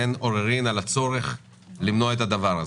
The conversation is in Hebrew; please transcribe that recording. ואין עוררין על הצורך למנוע את הדבר הזה.